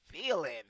feeling